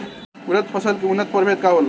उरद फसल के उन्नत प्रभेद का होला?